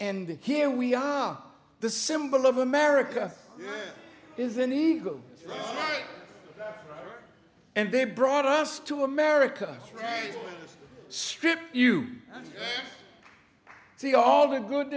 and here we are the symbol of america is an eagle and they brought us to america strip you see all the good